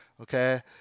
Okay